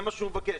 זה מה שהוא מבקש.